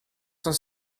saint